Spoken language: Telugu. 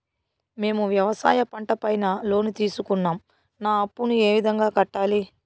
మేము వ్యవసాయ పంట పైన లోను తీసుకున్నాం నా అప్పును ఏ విధంగా కట్టాలి